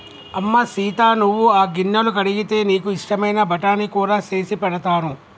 అమ్మ సీత నువ్వు ఆ గిన్నెలు కడిగితే నీకు ఇష్టమైన బఠానీ కూర సేసి పెడతాను